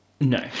No